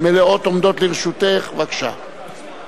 מלאות עומדות לרשותך, בבקשה.